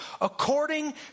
according